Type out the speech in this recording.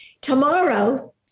Tomorrow